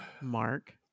Mark